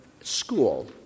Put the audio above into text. school